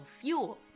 fuel